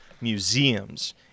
Museums